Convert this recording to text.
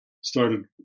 started